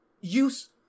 use